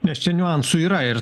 nes čia niuansų yra ir